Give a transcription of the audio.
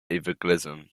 evangelism